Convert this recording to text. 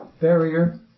barrier